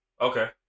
Okay